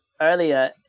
earlier